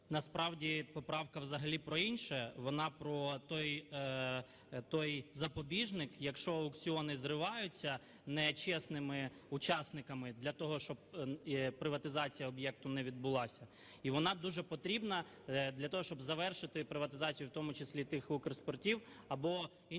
Насправді поправка взагалі про інше, вона про той запобіжник, якщо аукціони зриваються нечесними учасниками для того, щоб приватизація об'єкту не відбулася, і вона дуже потрібна для того, щоб завершити приватизацію, в тому числі тих укрспиртів або інших